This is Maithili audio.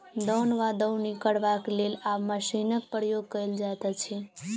दौन वा दौनी करबाक लेल आब मशीनक प्रयोग कयल जाइत अछि